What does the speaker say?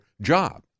job